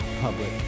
public